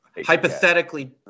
hypothetically